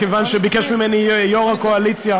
כיוון שביקש ממני יו"ר הקואליציה,